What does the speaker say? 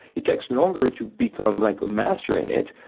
it takes longer to become like a master in it,